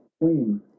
queen